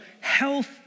health